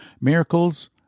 Miracles